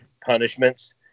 punishments